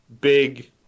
big